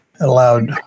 allowed